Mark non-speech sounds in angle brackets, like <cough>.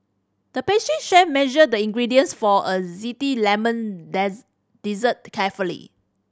the pastry chef measured the ingredients for a <unintelligible> lemon <unintelligible> dessert carefully